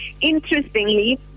Interestingly